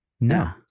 No